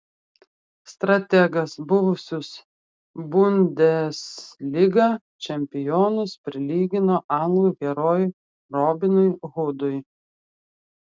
strategas buvusius bundesliga čempionus prilygino anglų herojui robinui hudui